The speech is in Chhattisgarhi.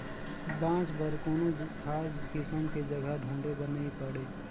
बांस बर कोनो खास किसम के जघा ढूंढे बर नई पड़े